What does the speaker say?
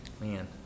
Man